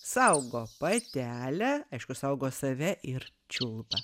saugo patelę aišku saugo save ir čiulba